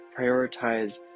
prioritize